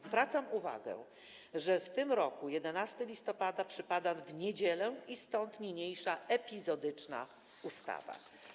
Zwracam uwagę, że w tym roku 11 listopada przypada w niedzielę i stąd niniejsza epizodyczna ustawa.